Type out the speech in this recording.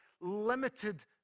limited